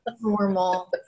Normal